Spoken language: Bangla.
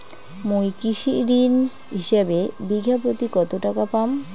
মুই কৃষি ঋণ হিসাবে বিঘা প্রতি কতো টাকা পাম?